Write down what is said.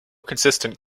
consistent